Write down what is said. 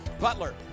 Butler